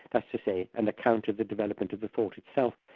that's to say an account of the development of the thought itself,